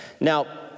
Now